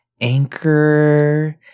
Anchor